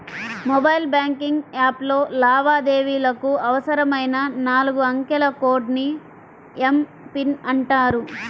mobile banking యాప్లో లావాదేవీలకు అవసరమైన నాలుగు అంకెల కోడ్ ని ఎమ్.పిన్ అంటారు